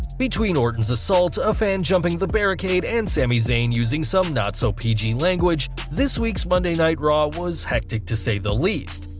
between orton's assault, a fan jumping the barricade and sami zayn using some not so pg language, this week's monday night raw was hectic to say the least,